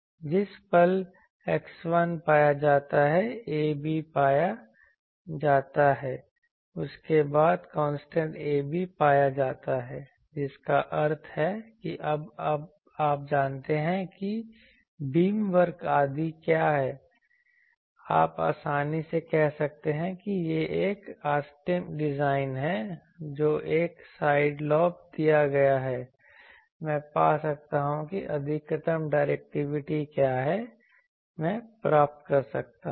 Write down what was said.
जिस पल X1 पाया जाता है a b पाया जाता है उसके बाद कॉन्स्टेंट a b पाया जाता है जिसका अर्थ है कि अब आप जानते हैं कि बीमवर्क आदि क्या है आप आसानी से कह सकते हैं कि यह एक ऑप्टिमम डिज़ाइन है जो एक साइड लोब दिया गया है मैं पा सकता हूं कि अधिकतम डायरेक्टिविटी क्या है कि मैं प्राप्त कर सकता हूं